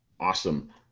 Awesome